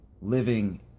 living